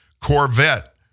Corvette